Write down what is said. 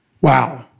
wow